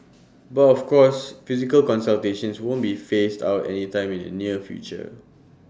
but of course physical consultations won't be phased out anytime in the near future